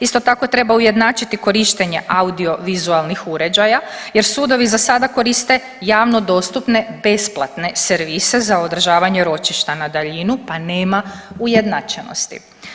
Isto tako treba ujednačiti korištenje audio vizualnih uređaja jer sudovi za sada koriste javno dostupne besplatne servise za održavanje ročišta na daljinu, pa nema ujednačenosti.